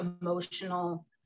emotional